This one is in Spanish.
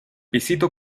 pisito